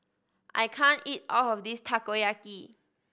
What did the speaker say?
I can't eat all of this Takoyaki